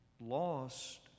lost